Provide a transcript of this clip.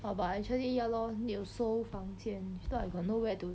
!wah! but actually ya lor need to 收房间 if not I got nowhere to